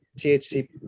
THC